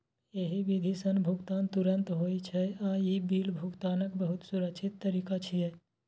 एहि विधि सं भुगतान तुरंत होइ छै आ ई बिल भुगतानक बहुत सुरक्षित तरीका छियै